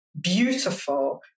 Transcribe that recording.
beautiful